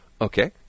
Okay